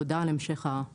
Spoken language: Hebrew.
תודה על המשך הקו.